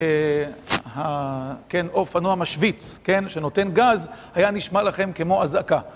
אופנוע משוויץ שנותן גז היה נשמע לכם כמו אזעקה.